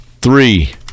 three